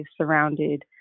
surrounded